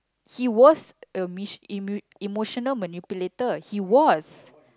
he was a mi~ emu~ emotional manipulator he was